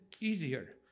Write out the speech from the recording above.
easier